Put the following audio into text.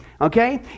okay